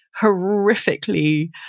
horrifically